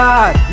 God